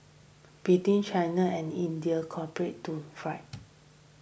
between China and India cooperate to fight